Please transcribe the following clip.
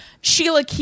sheila